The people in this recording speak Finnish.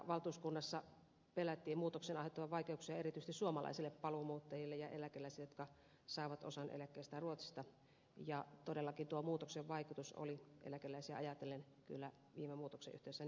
valtuuskunnassa pelättiin muutoksen aiheuttavan vaikeuksia erityisesti suomalaisille paluumuuttajille ja eläkeläisille jotka saavat osan eläkkeestään ruotsista ja todellakin tuo muutoksen vaikutus oli eläkeläisiä ajatellen kyllä viime muutoksen yhteydessä negatiivinen